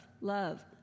love